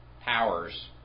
powers